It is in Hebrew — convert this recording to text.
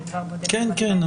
כן,